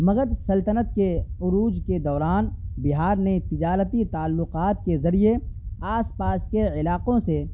مگدھ سلطنت کے عروج کے دوران بہار نے تجالتی تعلقات کے ذریعے آس پاس کے علاقوں سے